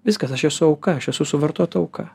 viskas aš esu auka aš esu suvartota auka